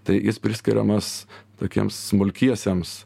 tai jis priskiriamas tokiems smulkiesiems